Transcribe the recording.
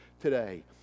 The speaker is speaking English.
today